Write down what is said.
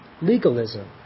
legalism